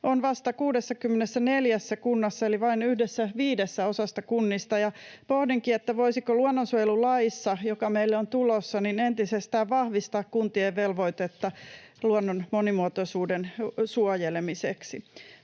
on vasta 64 kunnassa eli vain yhdessä viidesosassa kunnista, ja pohdinkin, voitaisiinko luonnonsuojelulaissa, joka meille on tulossa, entisestään vahvistaa kuntien velvoitetta luonnon monimuotoisuuden suojelemiseksi.